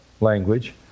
language